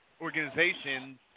organization's